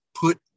put